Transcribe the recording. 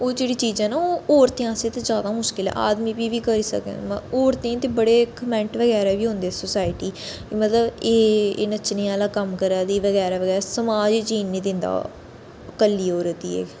ओह् जेह्ड़ी चीजां न ओह् औरतें आस्तै ते जैदा मुश्किल ऐ आदमी फ्ही बी करी सकदा औरतें ते बडे़ कामेंट बगैरा बी औंदे सोसाइटी मतलब एह् नच्चने आह्ला कम्म करै दी बगैरा बगैरा समाज गै जीन नेंई दिंदा कल्ली औरत गी